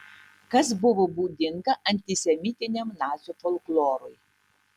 kas buvo būdinga antisemitiniam nacių folklorui